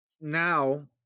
now